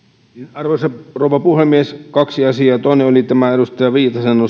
arvoisa rouva puhemies kaksi asiaa toinen oli tämä edustaja viitasen